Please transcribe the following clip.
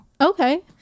Okay